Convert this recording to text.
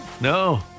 No